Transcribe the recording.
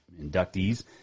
inductees